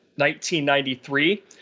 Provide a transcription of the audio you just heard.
1993